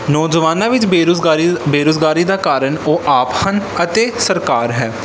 ਨੌਜਵਾਨਾਂ ਵਿੱਚ ਬੇਰੁਜ਼ਗਾਰੀ ਬੇਰੁਜ਼ਗਾਰੀ ਦਾ ਕਾਰਨ ਉਹ ਆਪ ਹਨ ਅਤੇ ਸਰਕਾਰ ਹੈ